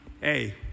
hey